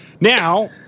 Now